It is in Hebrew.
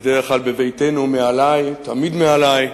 בדרך כלל בביתנו הוא מעלי, תמיד מעלי.